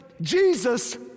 Jesus